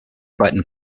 button